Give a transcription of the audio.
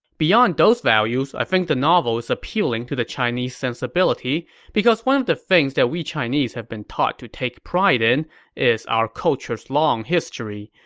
beyond those values, i think the novel is appealing to the chinese sensibility because one of the things that we chinese have been taught to take pride in is our culture's long history,